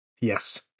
Yes